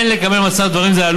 אין לקבל מצב דברים זה,